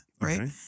right